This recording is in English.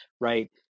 right